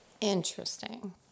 Interesting